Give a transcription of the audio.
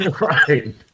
Right